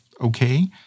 Okay